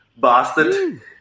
bastard